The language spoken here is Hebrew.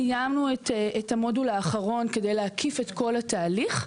סיימנו את המודול האחרון כדי להקיף את כל התהליך,